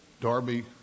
Darby